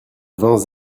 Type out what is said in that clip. vingt